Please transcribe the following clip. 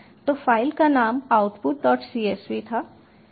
तो फ़ाइल का नाम outputcsv था